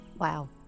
Wow